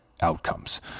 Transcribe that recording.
outcomes